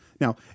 Now